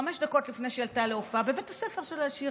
חמש דקות לפני שהיא עלתה להופעה בבית הספר שלה לשיר,